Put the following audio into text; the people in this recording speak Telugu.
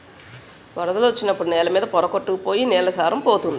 వరదొచ్చినప్పుడు నేల మీద పోర కొట్టుకు పోయి నేల సారం పోతంది